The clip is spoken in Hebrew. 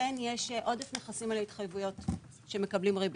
אכן יש עודף נכסים על ההתחייבויות שמקבלים ריבית.